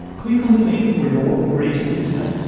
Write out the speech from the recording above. click on the link for your operating system,